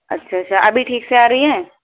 اچھا اچھا ابھی ٹھیک سے آ رہی ہے